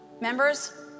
Members